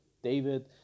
David